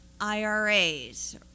IRAs